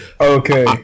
okay